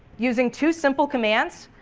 using two simple commands,